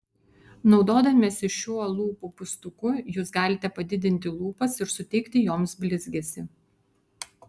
naudodamiesi šiuo lūpų pūstuku jūs galite padidinti lūpas ir suteikti joms blizgesį